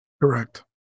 Correct